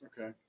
Okay